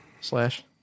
slash